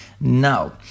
Now